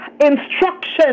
instruction